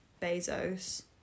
Bezos